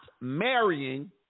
marrying